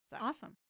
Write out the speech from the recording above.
Awesome